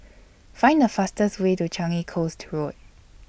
Find The fastest Way to Changi Coast Road